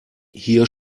hier